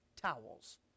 towels